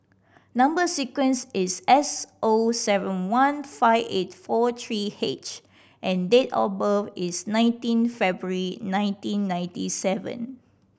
number sequence is S O seven one five eight four three H and date of birth is nineteen February nineteen ninety seven